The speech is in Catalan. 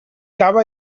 cava